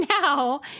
now